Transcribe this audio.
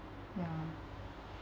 ya